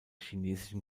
chinesischen